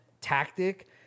tactic